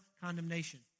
condemnation